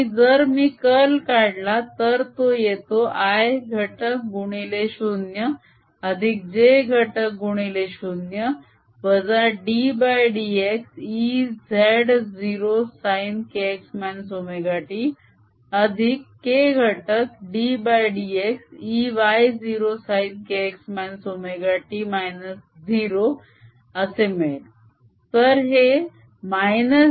आणि जर मी कर्ल काढला तर तो येतो i घटक गुणिले 0 अधिक j घटक गुणिले 0 वजा ddx Ez0sin kx ωt अधिक k घटक ddx Ey0 sin kx ωt 0 असे मिळेल